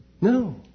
No